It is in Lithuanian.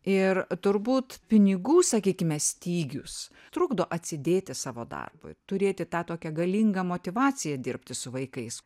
ir turbūt pinigų sakykime stygius trukdo atsidėti savo darbui turėti tą tokią galingą motyvaciją dirbti su vaikais